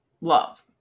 Love